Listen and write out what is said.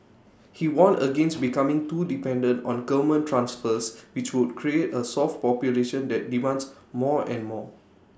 he warned against becoming too dependent on government transfers which would create A soft population that demands more and more